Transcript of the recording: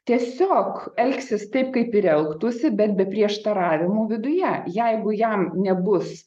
tiesiog elgsis taip kaip ir elgtųsi bet be prieštaravimų viduje jeigu jam nebus